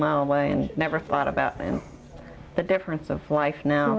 mile away and never thought about the difference of life now